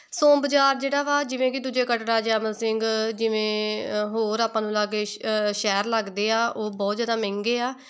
ਸੋਮ ਬਜ਼ਾਰ ਜਿਹੜਾ ਵਾ ਜਿਵੇਂ ਕਿ ਦੂਜੇ ਕਟੜਾ ਜੈਮਲ ਸਿੰਘ ਜਿਵੇਂ ਹੋਰ ਆਪਾਂ ਨੂੰ ਲਾਗੇ ਸ਼ ਸ਼ਹਿਰ ਲੱਗਦੇ ਆ ਉਹ ਬਹੁਤ ਜ਼ਿਆਦਾ ਮਹਿੰਗੇ ਆ